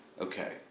Okay